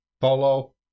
follow